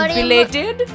related